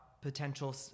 potential